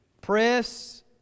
Press